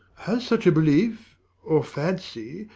has such a belief or fancy,